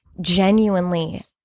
genuinely